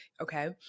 Okay